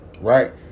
Right